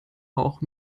auch